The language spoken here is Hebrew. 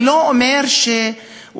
אני לא אומר שוואללה,